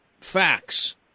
facts